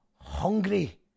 hungry